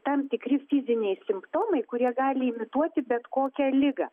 tam tikri fiziniai simptomai kurie gali imituoti bet kokią ligą